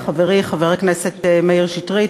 חברי חבר הכנסת מאיר שטרית,